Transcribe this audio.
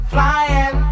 Flying